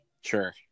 Sure